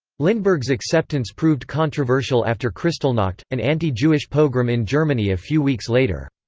lindbergh's acceptance proved controversial after kristallnacht, an anti-jewish pogrom in germany a few weeks later.